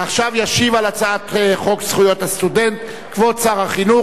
עכשיו ישיב על הצעת חוק זכויות הסטודנט כבוד שר החינוך,